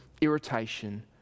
irritation